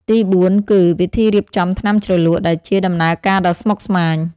ទីបួនគឺ វិធីរៀបចំថ្នាំជ្រលក់ដែលជា ដំណើរការដ៏ស្មុគស្មាញ។